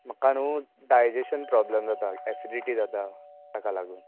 म्हाका न्हय digestion problem जाता एसिडिटी जाता ताका लागून